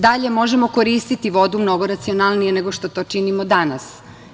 Dalje, možemo koristiti vodu mnogo racionalnije nego što to činimo danas.